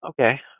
Okay